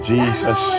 Jesus